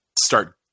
start